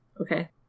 okay